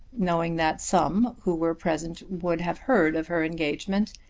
knowing that some who were present would have heard of her engagement,